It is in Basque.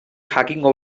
jakingo